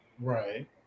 right